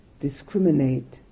discriminate